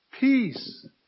peace